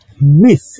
myth